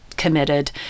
committed